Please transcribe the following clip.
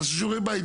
תעשו שיעורי בית,